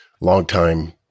longtime